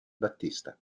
battista